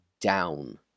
down